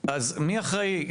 אז מי אחראי?